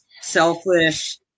selfish